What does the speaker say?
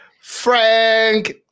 Frank